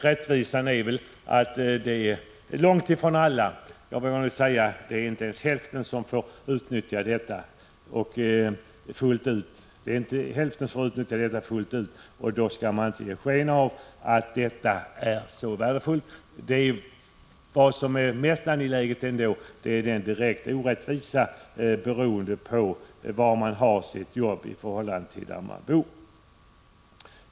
I själva verket är det långt ifrån alla — jag vågar säga inte ens hälften — som kan utnyttja schablonavdraget fullt ut. Då skall man inte hävda att avdraget är så värdefullt. Vad som är mest angeläget är att undanröja den direkta orättvisa som uppkommer beroende på var man bor och var man arbetar.